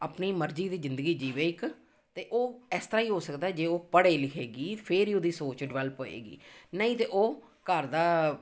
ਆਪਣੀ ਮਰਜ਼ੀ ਦੀ ਜ਼ਿੰਦਗੀ ਜੀਵੇ ਇੱਕ ਤਾਂ ਉਹ ਇਸ ਤਰ੍ਹਾਂ ਹੀ ਹੋ ਸਕਦਾ ਜੇ ਉਹ ਪੜ੍ਹੇ ਲਿਖੇਗੀ ਫਿਰ ਹੀ ਉਹਦੀ ਸੋਚ ਡਿਵੈਲਪ ਹੋਏਗੀ ਨਹੀਂ ਤਾਂ ਉਹ ਘਰ ਦਾ